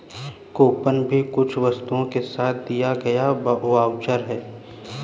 coupon भी कुछ वस्तुओं के साथ दिए गए वाउचर है